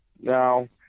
Now